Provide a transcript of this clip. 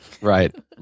Right